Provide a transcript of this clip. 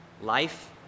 life